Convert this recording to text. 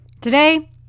Today